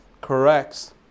corrects